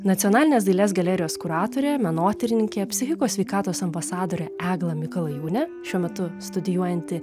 nacionalinės dailės galerijos kuratorė menotyrininkė psichikos sveikatos ambasadorė egla mikalajūnė šiuo metu studijuojanti